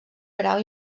grau